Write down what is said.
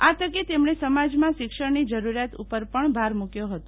આ તકે તેમણે સમાજમાં શિક્ષણની જરૂરિયાત ઉપર પણ ભાર મૂક્યો હતો